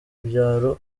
byaro